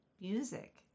music